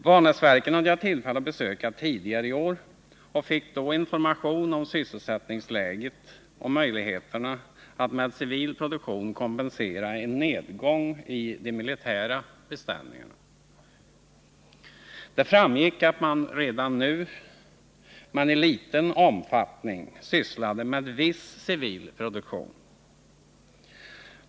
Vanäsverken hade jag tillfälle att besöka tidigare i år, och jag fick då information om sysselsättningsläget och möjligheterna att med civil produktion kompensera en nedgång i de militära beställningarna. Det framgick att man redan nu, men i liten omfattning, sysslade med viss civil produktion.